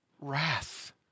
wrath